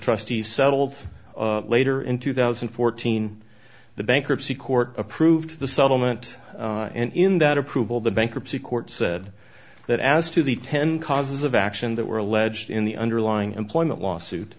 trustee settled later in two thousand and fourteen the bankruptcy court approved the settlement in that approval the bankruptcy court said that as to the ten causes of action that were alleged in the underlying employment lawsuit